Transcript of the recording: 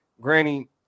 granny